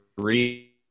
three